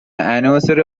anniversary